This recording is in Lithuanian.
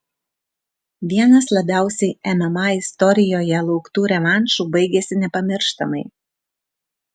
vienas labiausiai mma istorijoje lauktų revanšų baigėsi nepamirštamai